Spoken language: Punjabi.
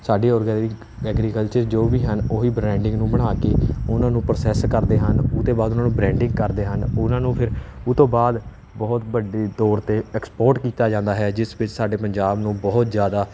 ਸਾਡੀ ਔਰਗੈਨਿਕ ਐਗਰੀਕਲਚਰ ਜੋ ਵੀ ਹਨ ਉਹ ਹੀ ਬ੍ਰਾਂਡਿੰਗ ਨੂੰ ਬਣਾ ਕੇ ਉਹਨਾਂ ਨੂੰ ਪ੍ਰੋਸੈਸ ਕਰਦੇ ਹਨ ਉਹਦੇ ਬਾਅਦ ਉਹਨਾਂ ਨੂੰ ਬਰੈਂਡਿੰਗ ਕਰਦੇ ਹਨ ਉਹਨਾਂ ਨੂੰ ਫਿਰ ਉਹ ਤੋਂ ਬਾਅਦ ਬਹੁਤ ਵੱਡੇ ਤੌਰ 'ਤੇ ਐਕਸਪੋਰਟ ਕੀਤਾ ਜਾਂਦਾ ਹੈ ਜਿਸ ਵਿੱਚ ਸਾਡੇ ਪੰਜਾਬ ਨੂੰ ਬਹੁਤ ਜ਼ਿਆਦਾ